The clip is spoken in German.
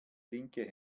linke